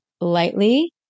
lightly